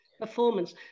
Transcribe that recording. performance